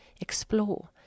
Explore